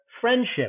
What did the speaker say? friendship